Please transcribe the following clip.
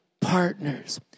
partners